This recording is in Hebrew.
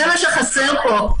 זה מה שחסר פה,